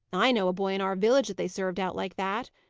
i know a boy in our village that they served out like that,